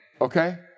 Okay